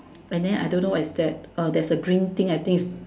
and then I don't know what is that there's a green thing I think is